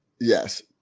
Yes